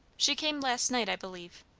she came last night, i believe.